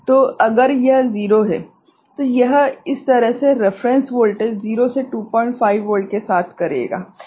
तो अगर यह 0 है तो यह इस तरह के रेफरेंस वोल्टेज 0 से 25 वोल्ट के साथ करेगा